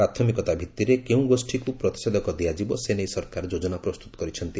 ପ୍ରାଥମିକତା ଭିତ୍ତିରେ କେଉଁ ଗୋଷୀକ୍ ପ୍ରତିଷେଧକ ଦିଆଯିବ ସେ ନେଇ ସରକାର ଯୋଜନା ପ୍ରସ୍ତତ କରିଛନ୍ତି